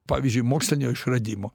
pavyzdžiui mokslinio išradimo